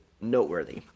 noteworthy